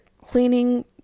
cleaning